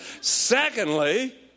Secondly